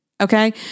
Okay